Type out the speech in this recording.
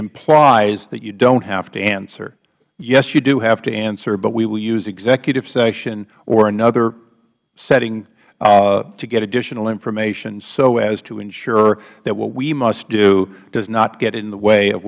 implies that you don't have to answer yes you do have to answer but we will use executive session or another setting to get additional information so as to ensure that what we must do does not get in the way of